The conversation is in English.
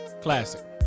Classic